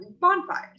bonfires